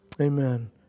Amen